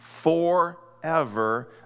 forever